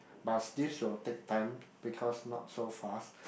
but these will take time because not so fast